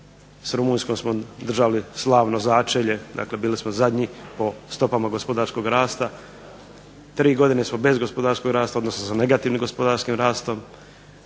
s Rumunjskom smo držali slavno začelje, dakle bili smo zadnji po stopama gospodarskog rasta. Tri godine smo bez gospodarskog rasta, odnosno sa negativnim gospodarskim rastom.